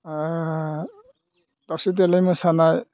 ओ दावस्रि देलाय मोसानाय